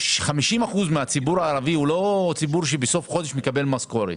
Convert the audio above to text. ש-50% מהציבור הערבי הוא לא ציבור שנכנסת לו משכורת